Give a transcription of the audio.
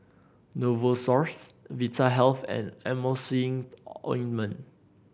Novosource Vitahealth and Emulsying Ointment